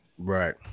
Right